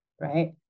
right